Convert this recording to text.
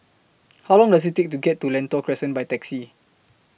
How Long Does IT Take to get to Lentor Crescent By Taxi